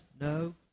no